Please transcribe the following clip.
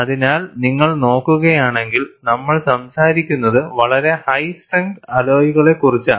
അതിനാൽ നിങ്ങൾ നോക്കുകയാണെങ്കിൽ നമ്മൾ സംസാരിക്കുന്നത് വളരെ ഹൈ സ്ട്രെങ്ത് അലോയ്കളെക്കുറിച്ചാണ്